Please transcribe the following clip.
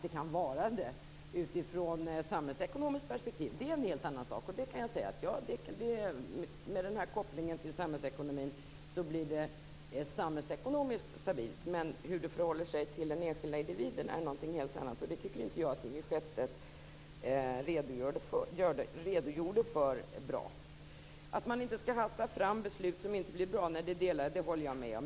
Att det kan vara det i ett samhällsekonomiskt perspektiv - det är en helt annan sak. Med kopplingen till samhällsekonomin blir det samhällsekonomiskt stabilt. Men hur det förhåller sig till den enskilde individen är någonting helt annat. Det tycker inte jag att Ingrid Skeppstedt redogjorde för bra. Man skall inte hasta fram beslut som inte blir bra. Det håller jag med.